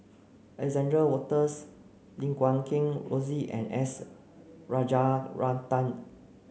Alexander Wolters Lim Guat Kheng Rosie and S Rajaratnam